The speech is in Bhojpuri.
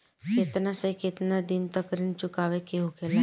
केतना से केतना दिन तक ऋण चुकावे के होखेला?